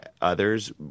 others